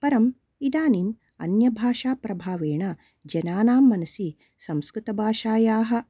परम् इदानीम् अन्यभाषा प्रभावेन जनानां मनसि संस्कृतभाषायाः